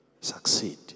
succeed